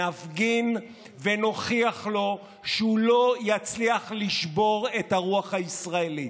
נפגין ונוכיח לו שהוא לא יצליח לשבור את הרוח הישראלית,